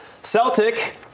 Celtic